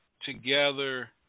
together